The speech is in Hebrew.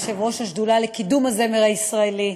יושב-ראש השדולה לקידום הזמר הישראלי